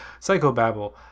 psychobabble